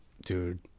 dude